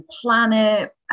planet